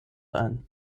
ein